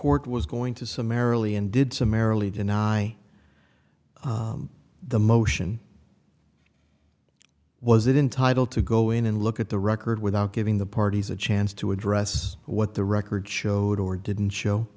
court was going to summarily and did summarily deny the motion was it entitle to go in and look at the record without giving the parties a chance to address what the record showed or didn't show